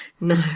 no